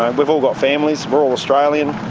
ah we've all got families, we're all australian.